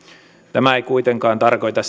tämä ei kuitenkaan tarkoita